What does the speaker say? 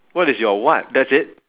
what is your what that's it